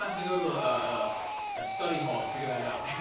have to go to ah ah a study hall to figure that out.